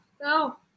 go